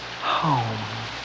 home